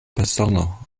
persono